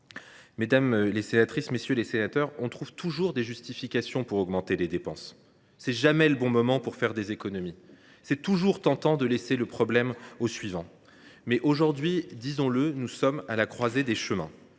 Mesdames, messieurs les sénateurs, on trouve toujours des justifications pour augmenter les dépenses. Ce n’est jamais le bon moment pour faire des économies… Il est toujours tentant de laisser le problème à ses successeurs. Aujourd’hui, nous sommes à la croisée des chemins.